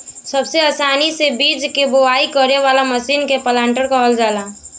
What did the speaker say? सबसे आसानी से बीज के बोआई करे वाला मशीन के प्लांटर कहल जाला